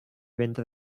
venda